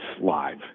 live